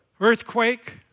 earthquake